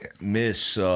Miss